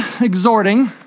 exhorting